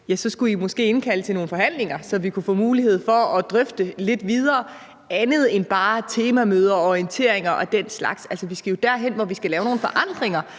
Ja, så skulle I måske indkalde til nogle forhandlinger, så vi kunne få mulighed for at drøfte det lidt videre end bare ved temamøder og orienteringer og den slags. Altså, vi skal jo derhen, hvor vi skal lave nogle forandringer,